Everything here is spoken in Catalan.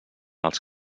els